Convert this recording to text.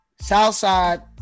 Southside